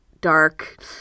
dark